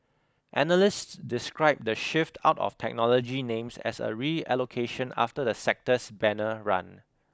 analysts described the shift out of technology names as a reallocation after the sector's banner run